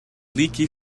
leaky